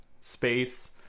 space